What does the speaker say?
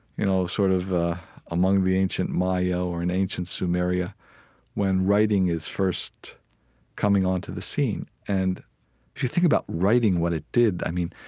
you know, sort of among the ancient maya or in ancient sumaria when writing is first coming onto the scene. and if you think about writing, what it did. i mean,